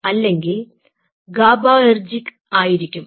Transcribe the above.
അല്ലെങ്കിൽ GABAർജിക് ആയിരിക്കും